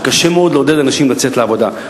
וקשה מאוד לעודד אנשים לצאת לעבודה.